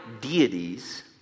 deities